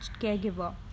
caregiver